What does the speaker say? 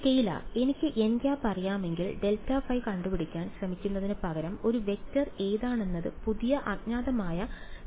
scalar എനിക്ക് nˆ അറിയാമെങ്കിൽ ∇ϕ കണ്ടുപിടിക്കാൻ ശ്രമിക്കുന്നതിനുപകരം ഒരു വെക്റ്റർ ഏതാണെന്നത് പുതിയ അജ്ഞാതമായ ∇ϕ